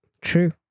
True